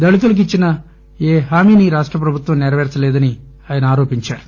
దళితులకు ఇచ్చిన ఏ హామీని రాష్ట ప్రభుత్వం సెరపేర్చలేదని ఆయన అన్నారు